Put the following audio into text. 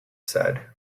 said